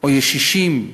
או ישישים,